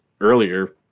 earlier